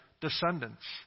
descendants